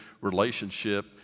relationship